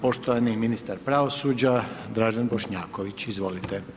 Poštovani ministar pravosuđa, Dražen Bošnjaković, izvolite.